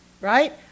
right